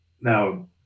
Now